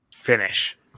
finish